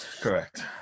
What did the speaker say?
correct